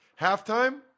Halftime